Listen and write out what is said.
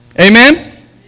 Amen